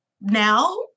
now